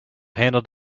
handled